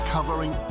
Covering